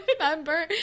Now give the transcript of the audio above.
Remember